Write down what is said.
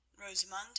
Rosamund